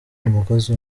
umugozi